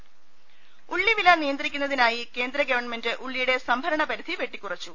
ദർവ്വെട്ടറ ഉള്ളിവില നിയന്ത്രിക്കുന്നതിനായി കേന്ദ്ര ഗവൺമെന്റ് ഉള്ളിയുടെ സംഭ രണ പരിധി വെട്ടിക്കുറച്ചു